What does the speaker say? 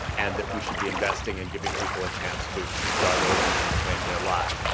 and that we should be investing and giving people a chance to to start over and reclaim their lives.